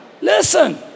Listen